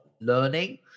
learning